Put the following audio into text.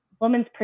woman's